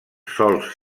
sòls